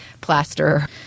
plaster